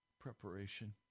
Preparation